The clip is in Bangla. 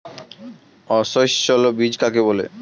অসস্যল বীজ কাকে বলে?